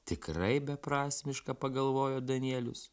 tikrai beprasmiška pagalvojo danielius